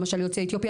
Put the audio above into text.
למשל יוצאי אתיופיה,